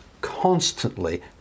constantly